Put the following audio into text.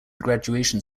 graduation